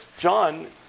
John